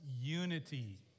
unity